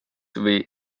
või